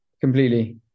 completely